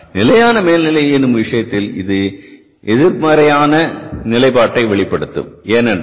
ஆனால் நிலையான மேல்நிலை எனும் விஷயத்தில் இது எதிர்மறையான நிலைப்பாட்டை வெளிப்படுத்தும்